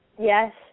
Yes